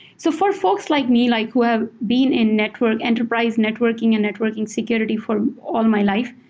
so for folks like me like who have been in network, enterprise networking and networking security for all my life.